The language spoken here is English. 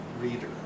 reader